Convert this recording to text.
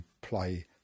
play